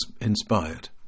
inspired